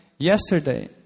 yesterday